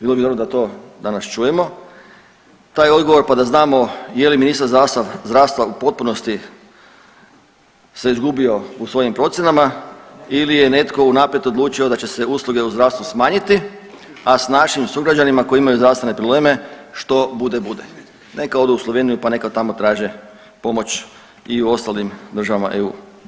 Bilo bi dobro da to danas čujemo taj odgovor pa da znamo je li ministar zdravstva u potpunosti se izgubio u svojim procjenama ili je netko unaprijed odlučio da će se usluge u zdravstvu smanjiti, a s našim sugrađanima koji imaju zdravstvene probleme što bude bude, neka odu u Sloveniju pa neka tamo traže pomoć i u ostalim državama EU.